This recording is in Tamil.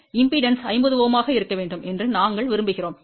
மின்மறுப்பு 50 Ω ஆக இருக்க வேண்டும் என்று நாங்கள் விரும்புகிறோம்